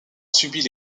subit